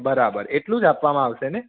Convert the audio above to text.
બરાબર એટલું જ આપવામાં આવશેને